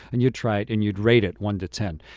and you'd try it and you'd rate it one to ten.